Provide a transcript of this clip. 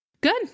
Good